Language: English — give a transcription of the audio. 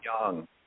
young